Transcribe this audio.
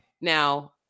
Now